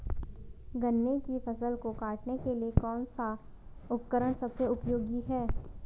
गन्ने की फसल को काटने के लिए कौन सा उपकरण सबसे उपयोगी है?